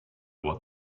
what